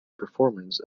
performance